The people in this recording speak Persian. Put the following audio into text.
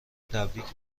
تبریک